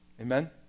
Amen